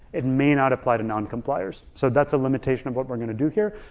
it may not apply to non compliers, so that's a limitation of what we're gonna do here.